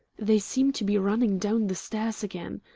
they seem to be running down the stairs again.